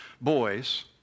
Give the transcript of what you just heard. boys